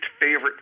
favorite